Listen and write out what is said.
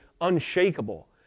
unshakable